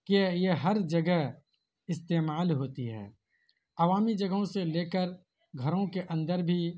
کہ یہ ہر جگہ استعمال ہوتی ہے عوامی جگہوں سے لے کر گھروں کے اندر بھی